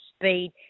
speed